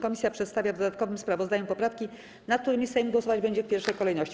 Komisja przedstawia w dodatkowym sprawozdaniu poprawki, nad którymi Sejm głosować będzie w pierwszej kolejności.